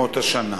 ימות השנה,